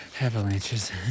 avalanches